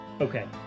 Okay